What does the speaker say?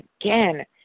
again